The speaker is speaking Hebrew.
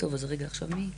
מי עכשיו?